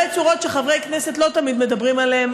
צורות שחברי כנסת לא תמיד מדברים עליהן,